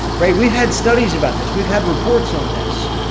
right. we've had studies about this. we've had reports on this.